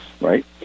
right